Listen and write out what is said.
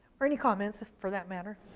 or any comments for that matter.